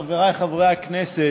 חברי חברי הכנסת,